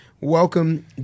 welcome